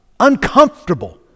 Uncomfortable